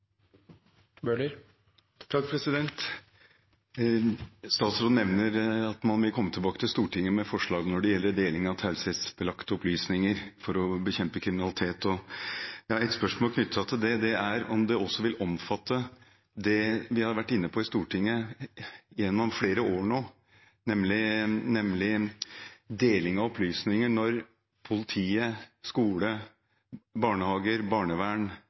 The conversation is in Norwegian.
Statsråden nevner at man vil komme tilbake til Stortinget med forslag når det gjelder deling av taushetsbelagte opplysninger for å bekjempe kriminalitet. Jeg har et spørsmål knyttet til det, og det er om det også vil omfatte det vi har vært inne på i Stortinget gjennom flere år nå, nemlig deling av opplysninger når politi, skole, barnehager, barnevern,